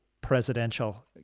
presidential